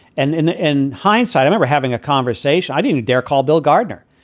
and in in hindsight, never having a conversation. i didn't dare call bill gardner.